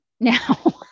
now